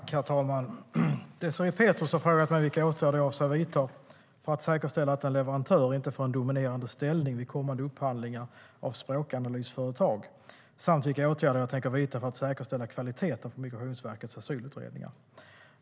Herr talman! Désirée Pethrus har frågat mig vilka åtgärder jag avser att vidta för att säkerställa att en leverantör inte får en dominerande ställning vid kommande upphandlingar av språkanalysföretag samt vilka åtgärder jag tänker vidta för att säkerställa kvaliteten på Migrationsverkets asylutredningar.